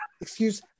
Excuse